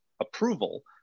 approval